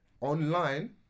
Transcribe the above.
Online